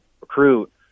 recruit